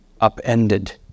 upended